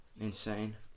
insane